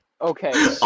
okay